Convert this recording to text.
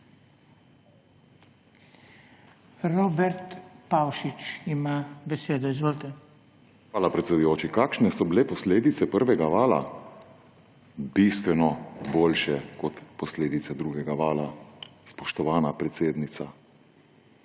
Robert Pavšič ima besedo. Izvolite. ROBERT PAVŠIČ (PS LMŠ): Hvala, predsedujoči. Kakšne so bile posledice prvega vala? Bistveno boljše kot posledice drugega vala, spoštovana predsednica.